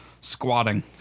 squatting